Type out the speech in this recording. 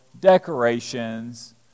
decorations